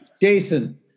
Jason